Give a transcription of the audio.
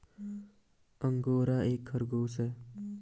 angora एक खरगोश है